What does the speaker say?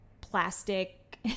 plastic